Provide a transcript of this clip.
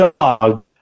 dog